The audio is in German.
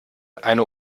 eine